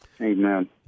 Amen